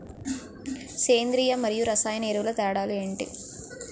సేంద్రీయ మరియు రసాయన ఎరువుల తేడా లు ఏంటి?